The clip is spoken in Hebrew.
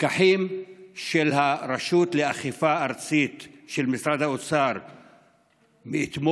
פקחים של הרשות לאכיפה ארצית של משרד האוצר התחילו